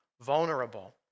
vulnerable